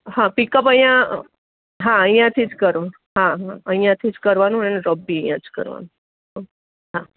હા પીકઅપ અહીંયા હા અહીંયાથી જ કરવા હા હા અહીંયા જ કરવાનું અને ડ્રોપ બી અહીંયા જ કરવાનું હં હા